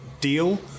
deal